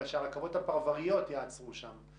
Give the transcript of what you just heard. אלא שהרכבות הפרבריות יעצרו שם,